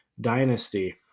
dynasty